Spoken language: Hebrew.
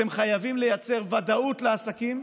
אתם חייבים לייצר ודאות לעסקים,